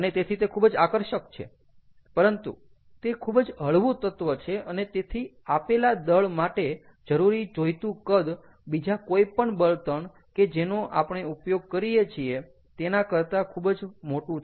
અને તેથી તે ખૂબ જ આકર્ષક છે પરંતુ તે ખૂબ જ હળવું તત્ત્વ છે અને તેથી આપેલા દળ માટે જરૂરી જોઈતું કદ બીજા કોઈપણ બળતણ કે જેનો આપણે ઉપયોગ કરીએ છીએ તેના કરતાં ખૂબ જ મોટું છે